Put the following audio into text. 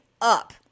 up